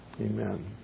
Amen